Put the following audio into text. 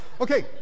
Okay